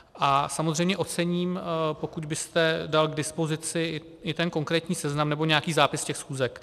A samozřejmě ocením, pokud byste dal k dispozici i ten konkrétní seznam nebo nějaký zápis z těch schůzek.